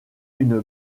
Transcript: une